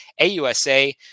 AUSA